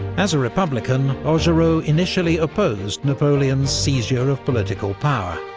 as a republican, augereau initially opposed napoleon's seizure of political power,